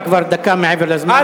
אתה כבר דקה מעבר לזמן.